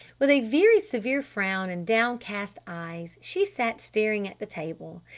with a very severe frown and downcast eyes she sat staring at the table.